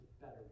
better